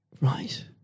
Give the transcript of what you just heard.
Right